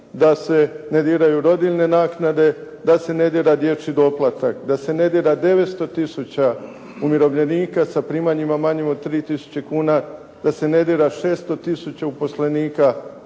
da se ne diraju rodiljne naknade, da se ne dira dječji doplatak, da se ne dira 900 tisuća umirovljenika sa primanjima manjim od 3000 kuna, da se ne dira 600 tisuća uposlenika